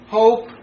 hope